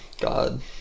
God